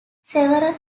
several